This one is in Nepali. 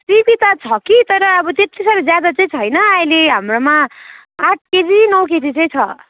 सिमी त छ कि तर अब त्यति साह्रो ज्यादा चाहिँ छैन अहिले हाम्रोमा आठ केजी नौ केजी चाहिँ छ